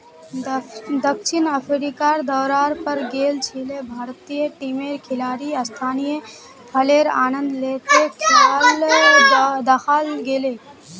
दक्षिण अफ्रीकार दौरार पर गेल छिले भारतीय टीमेर खिलाड़ी स्थानीय फलेर आनंद ले त दखाल गेले